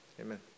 amen